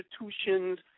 institutions